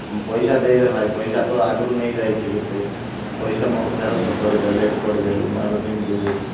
ପଇସା ଦେଇ ଦେ ଭାଇ ପଇସା ତ ଆଗରୁ ନେଇଯାଇ ଥିଲୁ ତୁ ପଇସା ମୋର ଫେରସ୍ତ କରିଦେ ଲେଟ୍ କରିଦେଲୁ ମୁଁ ଏବେ କେମିତି ଯିବି